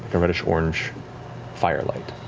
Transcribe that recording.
a reddish-orange firelight.